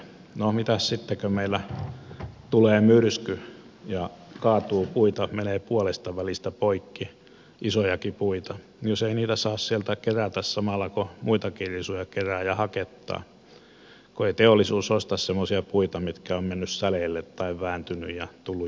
no mitäs sitten kun meillä tulee myrsky ja kaatuu puita menee puolestavälistä poikki isojakin puita jos ei niitä saa sieltä kerätä samalla kun kerää muitakin risuja ja haketta kun ei teollisuus osta semmoisia puita mitkä ovat menneet säleille tai vääntyneet ja tullut jännityksiä ja muita